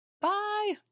bye